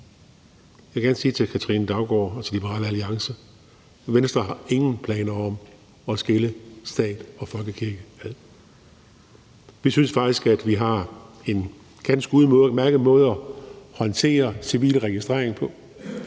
Jeg vil gerne sige til Katrine Daugaard og til Liberal Alliance: Venstre har ingen planer om at adskille stat og folkekirke. Vi synes faktisk, at vi har en ganske udmærket måde at håndtere civilregistreringen på.